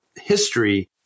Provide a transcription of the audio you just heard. history